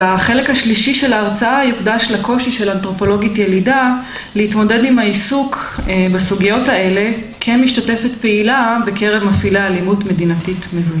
החלק השלישי של ההרצאה יוקדש לקושי של אנתרופולוגית ילידה, להתמודד עם העיסוק בסוגיות האלה, כמשתתפת פעילה בקרב מפעילי האלימות מדינתית מזוהית